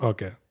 Okay